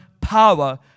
power